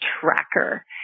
Tracker